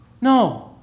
No